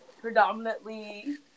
predominantly